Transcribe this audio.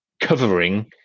covering